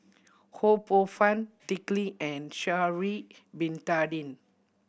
Ho Poh Fun Dick Lee and Sha'ari Bin Tadin